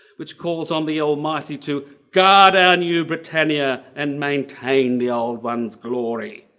which calls on the almighty to guard our new britannia and maintain the old ones glory!